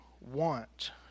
want